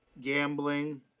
gambling